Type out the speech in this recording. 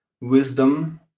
wisdom